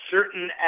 certain